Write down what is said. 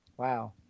Wow